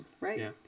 right